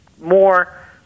more